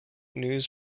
news